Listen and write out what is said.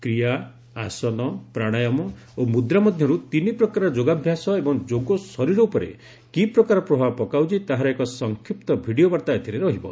କ୍ରିୟା ଆସନ ପ୍ରାଣାୟାମ ଓ ମୁଦ୍ରା ମଧ୍ୟରୁ ତିନି ପ୍ରକାରର ଯୋଗାଭ୍ୟାସ ଏବଂ ଯୋଗ ଶରୀର ଉପରେ କି ପ୍ରକାର ପ୍ରଭାବ ପକାଉଛି ତାହାର ଏକ ସଂକ୍ଷିପ୍ତ ଭିଡ଼ିଓ ବାର୍ତ୍ତା ଏଥିରେ ରହିବ